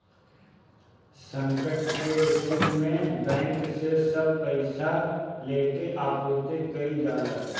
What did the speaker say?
संकट के स्थिति में बैंक से सब पईसा लेके आपूर्ति कईल जाला